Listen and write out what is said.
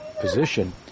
position